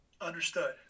understood